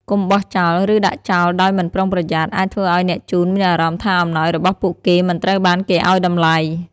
ការបោះចោល ឬដាក់ចោលដោយមិនប្រុងប្រយ័ត្ន អាចធ្វើឲ្យអ្នកជូនមានអារម្មណ៍ថាអំណោយរបស់ពួកគេមិនត្រូវបានគេឱ្យតម្លៃ។